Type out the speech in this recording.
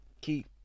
keep